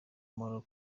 maroc